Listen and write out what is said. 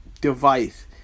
device